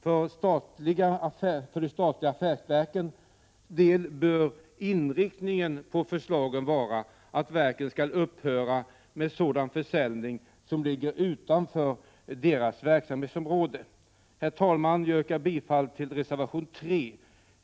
För de statliga affärsverkens del bör inriktningen på förslagen vara att verken skall upphöra med sådan försäljning som ligger utanför deras verksamhetsområden. Herr talman! Jag yrkar bifall till reservation 3.